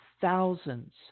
thousands